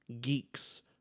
Geeks